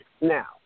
Now